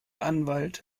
anwalt